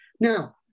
Now